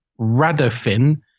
Radofin